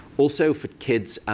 also, for kids,